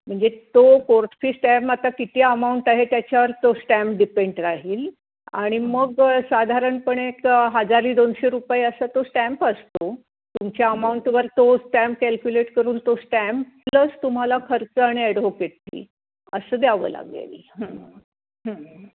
म्हणजे तो court fee stamp आता किती अमाऊंट आहे त्याच्यावर तो श्टॅम डिपेंट राहील आणि मग साधारणपणे एक हजार दोनशे रुपये असा तो स्टॅम्प असतो तुमच्या अमाऊंटवर तो स्टॅम्प कॅल्क्युलेट करून तो स्टॅम्प प्लस तुम्हाला खर्च आणि ॲडोव्होकेट फी असं द्यावं लागेल